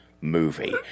movie